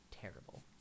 terrible